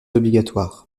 obligatoire